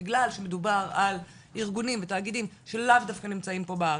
בגלל שמדובר על ארגונים ותאגידים שלאו דווקא נמצאים פה בארץ,